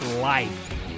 life